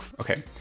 okay